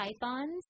pythons